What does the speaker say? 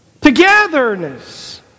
Togetherness